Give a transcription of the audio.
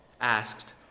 asked